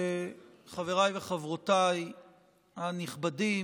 חבריי וחברותיי הנכבדים,